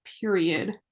period